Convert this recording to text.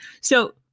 So-